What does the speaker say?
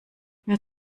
wer